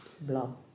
blog